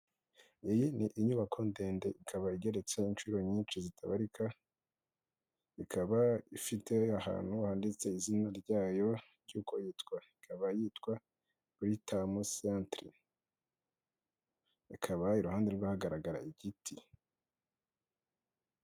Iyi ni inyubako ndende, ikaba igeretse inshuro nyinshi zitabarika ikaba ifite ahantu handitse izina ryayo ry'uko yitwa, ikaba yitwa Britam centre, ikaba iruhande hagaragara igiti.